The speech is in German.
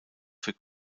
für